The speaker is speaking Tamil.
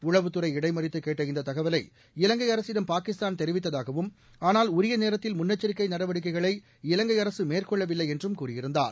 உளவுத்துறை இடைமறித்து கேட்ட இந்த தகவலை இலங்கை அரசிடம் பாகிஸ்தான் தெரிவித்ததாகவும் ஆனால் உரிய நேரத்தில் முன்னெச்சரிக்கை நடவடிக்கைகளை இவங்கை அரசு மேற்கொள்ளவில்லை என்றும் கூறியிருந்தார்